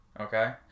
Okay